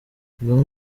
kagame